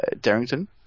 Darrington